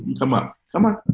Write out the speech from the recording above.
come on, come on.